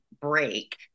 break